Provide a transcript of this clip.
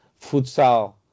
Futsal